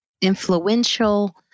influential